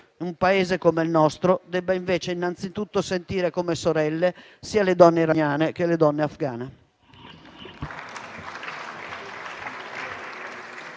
un Paese come il nostro debba invece innanzitutto sentire come sorelle sia le donne iraniane, sia le donne afgane.